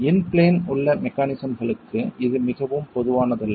இன் plane உள்ள மெக்கானிசம்களுக்கு இது மிகவும் பொதுவானதல்ல